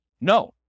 No